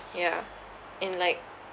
yeah and like